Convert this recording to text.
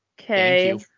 Okay